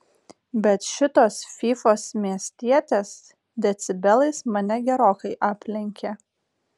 bet šitos fyfos miestietės decibelais mane gerokai aplenkė